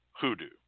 hoodoo